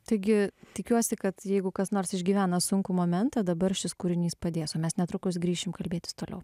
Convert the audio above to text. taigi tikiuosi kad jeigu kas nors išgyvena sunkų momentą dabar šis kūrinys padės o mes netrukus grįšim kalbėtis toliau